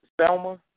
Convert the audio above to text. Selma